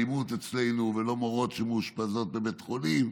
אלימות אצלנו ולא מורות שמאושפזות בבית חולים.